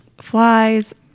flies